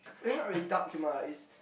actually not really dark humour lah it's